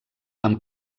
amb